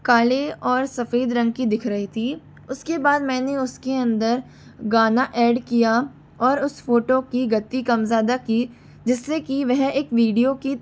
काले और सफ़ेद रंग की दिख रही थी उसके बाद मैंने उसके अंदर गाना ऐड किया और उस फ़ोटो की गति कम ज़्यादा की जिससे की वह एक वीडियो की